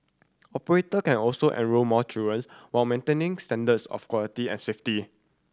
operator can also enrol more children while maintaining standards of quality and safety